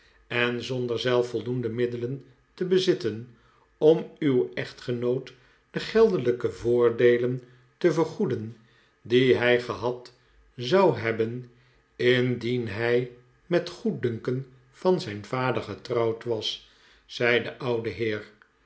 en zonder zelf voldoende middelen te bezitten om uw echtgenoot de geldelijke voordeelen te vergoeden die hij gehad zou hebben indien hij met goeddunken van zijn vader getrouwd was zei de oude heer